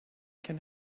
can